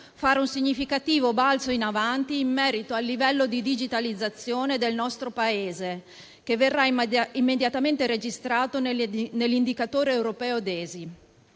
fare un significativo balzo in avanti in merito al livello di digitalizzazione del nostro Paese, che verrà immediatamente registrato nell'indice di